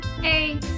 Hey